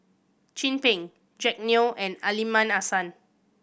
Chin Peng Jack Neo and Aliman Hassan